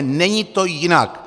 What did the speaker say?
Není to jinak.